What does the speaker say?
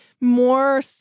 more